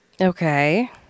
Okay